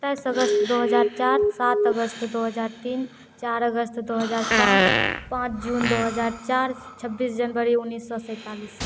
दस अगस्त दो हज़ार चार सात अगस्त दो हज़ार तीन चार अगस्त दो हज़ार पाँच पाँच जून दो हज़ार चार छब्बीस जनवरी उन्नीस सौ सैँतालिस